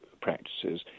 practices